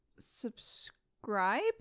subscribe